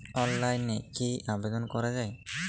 অনলাইনে কি আবেদন করা য়ায়?